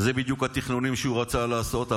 אלה בדיוק התכנונים שהוא רצה לעשות.